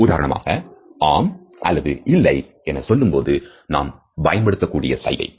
உதாரணமாக ஆம் அல்லது இல்லை என சொல்லும்போது நாம் பயன்படுத்தக்கூடிய சைகை